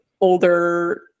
older